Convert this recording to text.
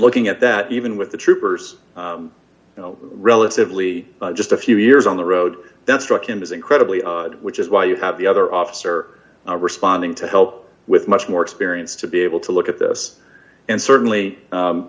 looking at that even with the troopers you know relatively just a few years on the road that struck him as incredibly odd which is why you have the other officer responding to help with much more experience to be able to look at this and certainly